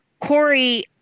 Corey